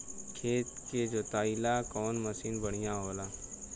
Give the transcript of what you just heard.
खेत के जोतईला कवन मसीन बढ़ियां होला?